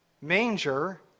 manger